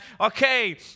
okay